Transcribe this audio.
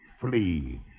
flee